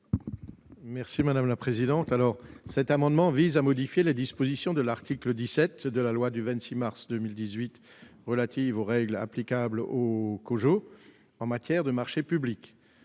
l'avis de la commission ? Cet amendement vise à modifier les dispositions de l'article 17 de la loi du 26 mars 2018, relatif aux règles applicables au COJO en matière de marchés publics.